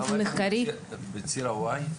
בציר ה-Y?